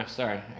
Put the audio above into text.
sorry